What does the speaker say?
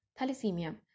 thalassemia